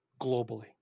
globally